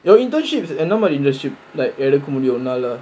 you internships and nobody internship like எடுக்க முடியும் உன்னால:edukka mudiyum unnaala